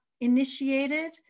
initiated